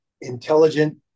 intelligent